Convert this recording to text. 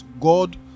God